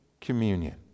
communion